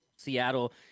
Seattle